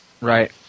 Right